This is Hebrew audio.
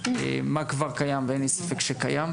מה כבר קיים ואין לי ספק שקיים,